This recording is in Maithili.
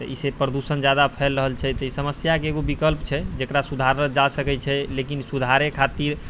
तऽ एहिसँ प्रदूषण ज्यादा फैल रहल छै तऽ ई समस्याके एगो विकल्प छै जकरा सुधारल जा सकै छै लेकिन सुधारै खातिर